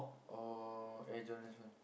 or Air Jordans one